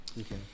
Okay